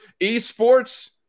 esports